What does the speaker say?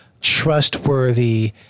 trustworthy